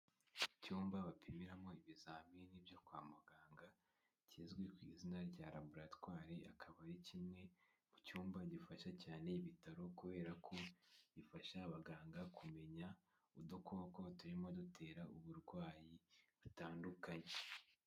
Icyumba bapimiramo ibizamini byo kwa muganga kizwi ku izina rya laboratwari, akaba ari kimwe mu cyumba gifasha cyane ibitaro kubera ko bifasha abaganga kumenya udukoko turimo dutera uburwayi butandukanye.